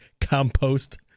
compost